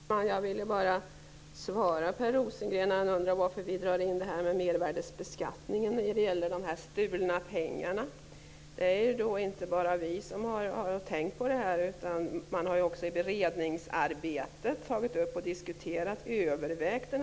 Herr talman! Jag vill bara svara på Per Rosengrens fråga varför vi drar in mervärdesbeskattningen i samband med stulna pengar. Det är inte bara vi som har tänkt på det här, utan man har också i beredningsarbetet övervägt frågan om mervärdesskatten.